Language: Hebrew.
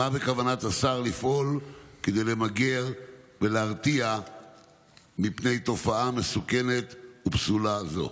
מה בכוונת השר לפעול כדי למגר ולהרתיע מפני תופעה מסוכנת ופסולה זו?